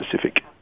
Pacific